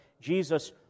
Jesus